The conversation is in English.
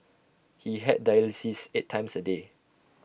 he had dialysis eight times A day